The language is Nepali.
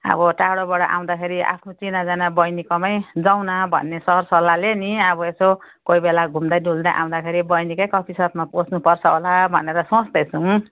अब टाढोबाट आउँदाखेरि आफ्नो चिनाजान बहिनीकोमै जाउन भन्ने सरसल्लाहले नि अब यसो कोही बेला घुम्दै डुल्दै आउँदाखेरि बहिनीकै कफी सपमा पोस्नुपर्छ होला भनेर सोच्दैछौँ